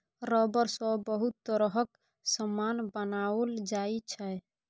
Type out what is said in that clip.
rubber सँ बहुत तरहक समान बनाओल जाइ छै